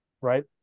right